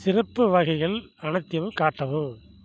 syrup வகைகள் அனைத்தையும் காட்டவும்